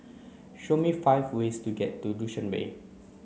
show me five ways to get to Dushanbe